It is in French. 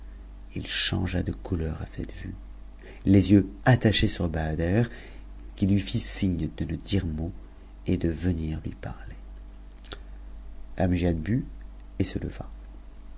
main changea de couleur à cette vue les yeux attachés sur bahader qui lui lit signe de ne dire mot et de venir lui parler amgiad but et se leva